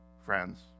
friends